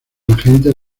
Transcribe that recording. agentes